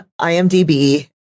IMDb